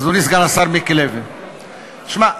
אדוני סגן השר מיקי לוי, שמע,